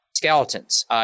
Skeletons